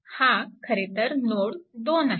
हा खरेतर नोड 2 आहे